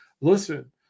Listen